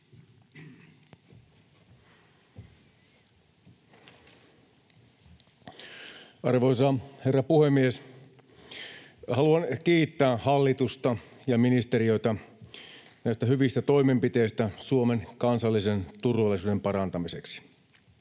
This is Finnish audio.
Arvoisa herra puhemies! Haluan kiittää hallitusta ja ministeriötä hyvistä toimenpiteistä Suomen kansallisen turvallisuuden parantamiseksi.